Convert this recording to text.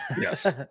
yes